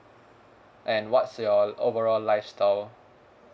and what's your overall lifestyle